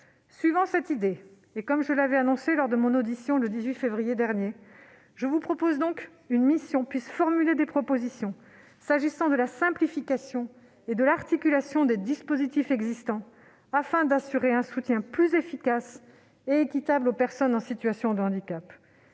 Suivant cette idée, et comme je l'avais annoncé lors de mon audition le 18 février dernier, je vous propose donc qu'une mission puisse formuler des propositions s'agissant de la simplification et de l'articulation des dispositifs existants, afin d'assurer un soutien plus efficace et équitable aux personnes en situation de handicap.